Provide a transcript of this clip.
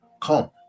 come